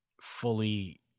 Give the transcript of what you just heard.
fully